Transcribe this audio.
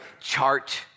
chart